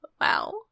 wow